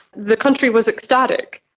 the country was ecstatic.